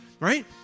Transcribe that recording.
right